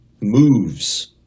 moves